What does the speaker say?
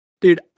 Dude